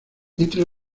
entre